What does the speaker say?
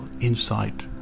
insight